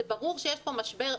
זה ברור שיש פה משבר,